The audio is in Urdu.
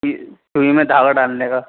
سو سوئی میں دھاگا ڈالنے کا